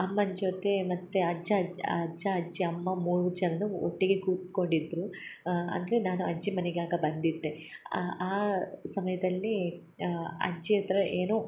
ಅಮ್ಮನ ಜೊತೆ ಮತ್ತು ಅಜ್ಜ ಅಜ್ ಅಜ್ಜ ಅಜ್ಜಿ ಅಮ್ಮ ಮೂರು ಜನ ಒಟ್ಟಿಗೆ ಕೂತ್ಕೊಂಡಿದ್ದರು ಅಂದರೆ ನಾನು ಅಜ್ಜಿ ಮನೆಗೆ ಆಗ ಬಂದಿದ್ದೆ ಆ ಸಮಯದಲ್ಲಿ ಅಜ್ಜಿ ಹತ್ರ ಏನು